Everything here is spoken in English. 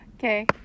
Okay